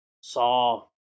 saw